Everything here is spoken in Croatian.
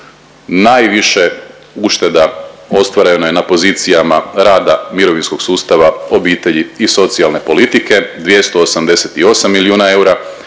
Najviše ušteda ostvareno je na pozicijama rada, mirovinskog sustava, obitelji i socijalne politike 288 milijuna eura.